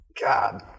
god